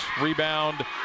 Rebound